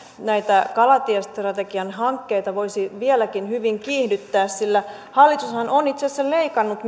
näitä kalatiestrategian hankkeita voisi vieläkin hyvin kiihdyttää sillä hallitushan on itse asiassa leikannut